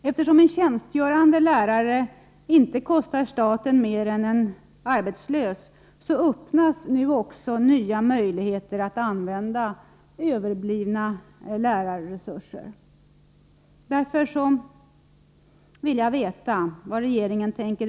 Eftersom en tjänstgörande inte kostar samhället mer än en arbetslös lärare öppnas nya möjligheter att använda lärarresurserna.